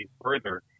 further